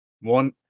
One